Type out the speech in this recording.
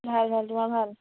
ভাল ভাল তোমাৰ ভাল